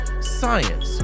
science